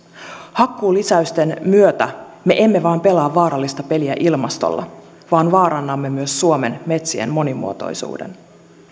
hakkuulisäysten myötä me emme vain pelaa vaarallista peliä ilmastolla vaan vaarannamme myös suomen metsien monimuotoisuuden